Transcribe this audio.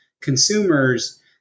consumers